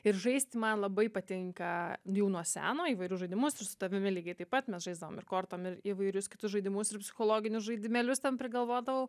ir žaisti man labai patinka jau nuo seno įvairius žaidimus ir su tavimi lygiai taip pat mes žaisdavom ir kortom įvairius kitus žaidimus ir psichologinius žaidimėlius tam prigalvodavau